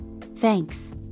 Thanks